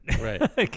Right